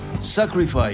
Sacrifice